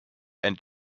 and